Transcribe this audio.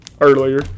earlier